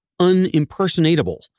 unimpersonatable